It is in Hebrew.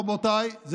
רבותיי,